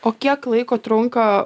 o kiek laiko trunka